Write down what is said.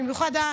במיוחד את,